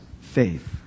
faith